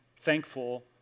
thankful